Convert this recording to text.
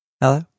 hello